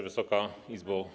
Wysoka Izbo!